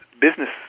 business